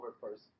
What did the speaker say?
first